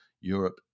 Europe